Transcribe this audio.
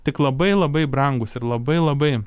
tik labai labai brangus ir labai labai